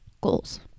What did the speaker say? goals